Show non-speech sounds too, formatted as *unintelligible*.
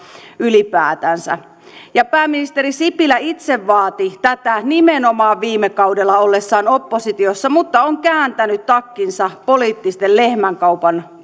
ylipäätänsä pääministeri sipilä itse vaati tätä nimenomaan viime kaudella ollessaan oppositiossa mutta on kääntänyt takkinsa poliittisen lehmänkaupan *unintelligible*